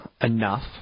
enough